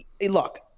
look